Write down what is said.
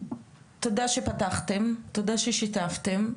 תודה שפתחתם, תודה ששיתפתם.